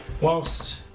Whilst